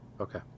Okay